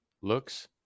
Looks